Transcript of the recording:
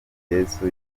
yesu